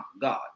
God